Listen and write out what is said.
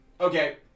okay